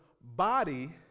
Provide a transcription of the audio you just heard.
body